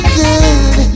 good